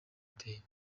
iteye